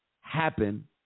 happen